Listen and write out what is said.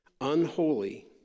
unholy